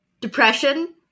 depression